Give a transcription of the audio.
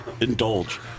indulge